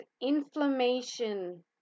inflammation